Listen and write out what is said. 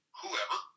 whoever